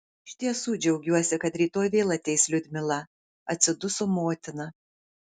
iš tiesų džiaugiuosi kad rytoj vėl ateis liudmila atsiduso motina